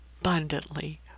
abundantly